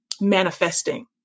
manifesting